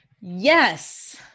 Yes